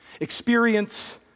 Experience